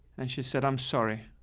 and she said, i'm sorry,